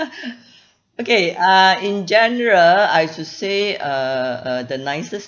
okay uh in general I should say uh uh the nicest